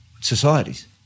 societies